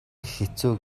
хэцүү